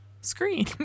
screen